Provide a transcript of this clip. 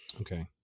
Okay